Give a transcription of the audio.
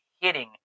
hitting